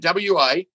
WA